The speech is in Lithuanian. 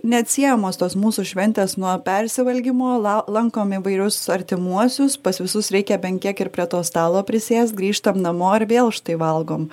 neatsiejamos tos mūsų šventės nuo persivalgymo la lankom įvairius artimuosius pas visus reikia bent kiek ir prie to stalo prisėst grįžtam namo ir vėl štai valgom